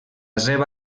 seva